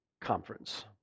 Conference